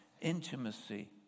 intimacy